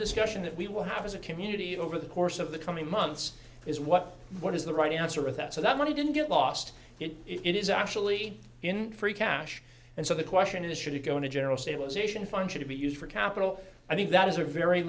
discussion that we will have as a community over the course of the coming months is what what is the right answer of that so that money didn't get lost it is actually in free cash and so the question is should it go in a general stabilization fund to be used for capital i think that is a very